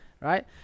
Right